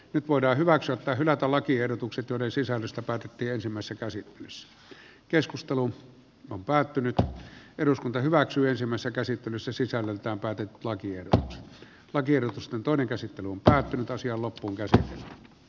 nyt voidaan hyväksyä tai hylätä lakiehdotukset joiden sisällöstä päätettiin ensimmäisessä käsittelyssä sisällöltään päätti lakien lakiehdotusta toinen käsittely on päättynyt asian lopun käsä